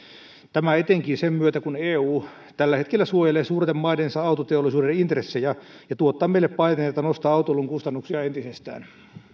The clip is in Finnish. tämä etenkin sen myötä kun eu tällä hetkellä suojelee suurten maidensa autoteollisuuden intressejä ja tuottaa meille paineita nostaa autoilun kustannuksia entisestään